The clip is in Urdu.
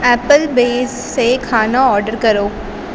ایپل بیز سے کھانا آرڈر کرو